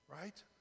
right